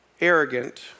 Arrogant